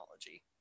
technology